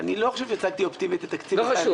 אני לא חושב שהצגתי בצורה אופטימית את תקציב 2019. לא חשוב,